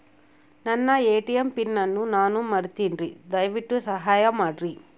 ನನ್ನ ATM PIN ಅನ್ನು ನಾನು ಮರಿತಿನ್ರಿ, ದಯವಿಟ್ಟು ಸಹಾಯ ಮಾಡ್ರಿ